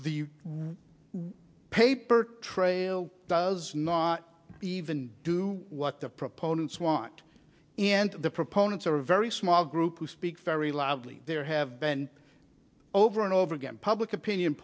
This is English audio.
the paper trail does not even do what the proponents want and the proponents are a very small group who speak very loudly there have been over and over again public opinion